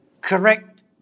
correct